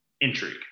intrigue